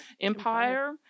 empire